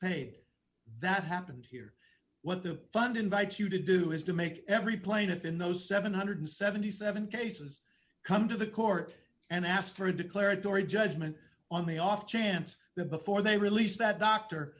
paid that happened here what the fund invites you to do is to make every plaintiff in those seven hundred and seventy seven cases come to the court and ask for a declaratory judgment on the off chance that before they release that d